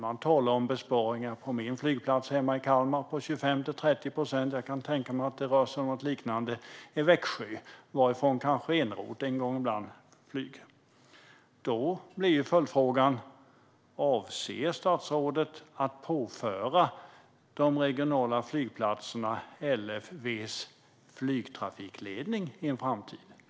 För flygplatsen hemma i Kalmar talar man om besparingar på 25-30 procent, och jag kan tänka mig att det rör sig om något liknande för Växjö, varifrån Eneroth kanske flyger ibland. Avser statsrådet att påföra de regionala flygplatserna LFV:s flygtrafikledning i en framtid?